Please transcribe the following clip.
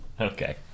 Okay